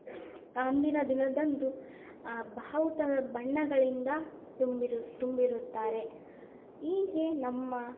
ಅಂದಿನ ದಿನದಂದು ಆ ಬಾವುಟ ಬಣ್ಣಗಳಿಂದ ತುಂಬಿರು ತುಂಬಿರುತ್ತಾರೆ ಹೀಗೆ ನಮ್ಮ